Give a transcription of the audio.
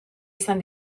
izan